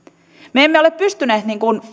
me emme ole pystyneet